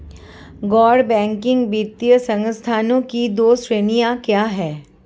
गैर बैंकिंग वित्तीय संस्थानों की दो श्रेणियाँ क्या हैं?